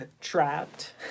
trapped